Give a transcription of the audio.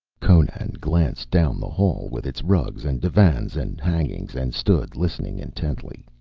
conan glanced down the hall with its rugs and divans and hangings, and stood listening intently.